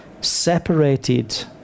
separated